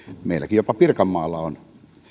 meilläkin jopa pirkanmaalla on